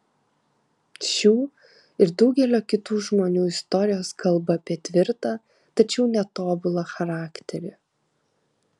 šių ir daugelio kitų žmonių istorijos kalba apie tvirtą tačiau netobulą charakterį